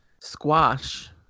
squash